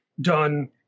done